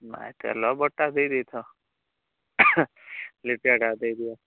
ନାଇଁ ତେଲ ବଡ଼ଟା ଦେଇ ଦେଇଥାଅ ଲିଟରଟା ଦେଇଦିଅ